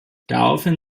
daraufhin